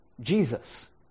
Jesus